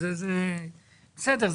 בסדר.